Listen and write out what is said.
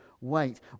wait